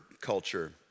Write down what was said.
culture